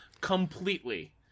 completely